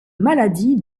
maladie